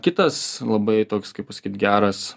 kitas labai toks kaip pasakyt geras